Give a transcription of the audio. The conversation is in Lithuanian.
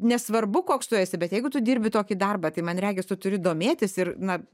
nesvarbu koks tu esi bet jeigu tu dirbi tokį darbą tai man regis tu turi domėtis ir na